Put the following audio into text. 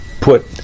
Put